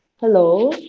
Hello